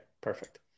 perfect